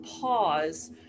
pause